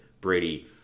Brady